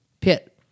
pit